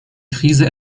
krise